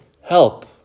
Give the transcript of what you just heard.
Help